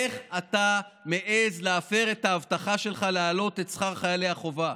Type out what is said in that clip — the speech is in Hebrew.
איך אתה מעז להפר את ההבטחה שלך להעלות את שכר חיילי החובה?